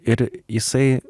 ir jisai